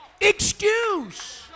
excuse